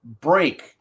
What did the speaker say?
break